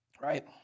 right